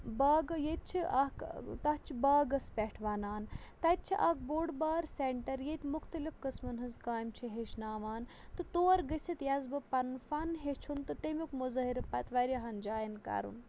باغہٕ ییٚتہِ چھِ اکھ تَتھ چھِ باغَس پٮ۪ٹھ وَنان تَتہِ چھِ اکھ بوٚڈ بار سٮ۪نٹَر ییٚتہِ مُختلِف قٕسمَن ہٕنٛز کامہِ چھِ ہیٚچھناوان تہٕ تور گٔژھِتھ یَس بہٕ پَنُن فن ہیٚچھُن تہٕ تمیُک مُظٲہِرٕ پَتہٕ واریاہَن جایَن کَرُن